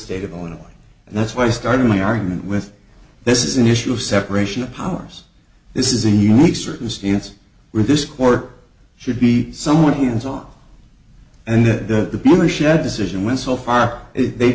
state of illinois and that's why i started my argument with this is an issue of separation of powers this is a unique circumstance where this court should be someone hands on and that the beauty she had decision went so far they